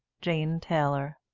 jane taylor.